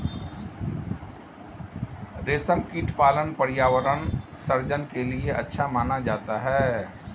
रेशमकीट पालन पर्यावरण सृजन के लिए अच्छा माना जाता है